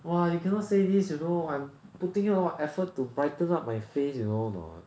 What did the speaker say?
!wah! you cannot say this you know I'm putting in a lot of effort to brighten up my face you know 你懂吗